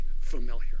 familiar